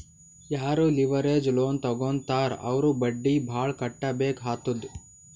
ಯಾರೂ leverage loan ತಗೋತ್ತಾರ್ ಅವ್ರು ಬಡ್ಡಿ ಭಾಳ್ ಕಟ್ಟಬೇಕ್ ಆತ್ತುದ್